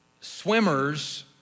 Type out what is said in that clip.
swimmers